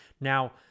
Now